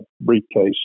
briefcase